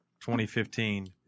2015